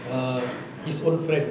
err his old friend